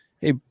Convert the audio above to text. hey